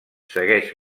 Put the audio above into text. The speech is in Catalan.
segueix